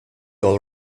all